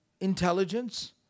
intelligence